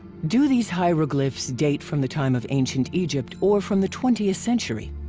do these hieroglyphs date from the time of ancient egypt or from the twentieth century?